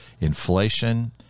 Inflation